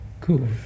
Cool